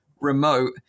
remote